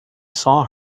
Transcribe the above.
saw